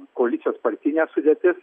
koalicijos partinė sudėtis